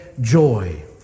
joy